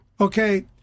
Okay